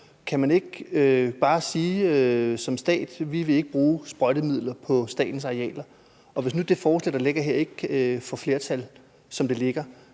Kan man ikke bare sige som stat, at man ikke vil bruge sprøjtemidler på statens arealer? Og hvis nu det forslag, der ligger her, ikke får flertal, som det ligger,